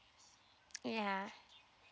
ya